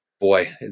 boy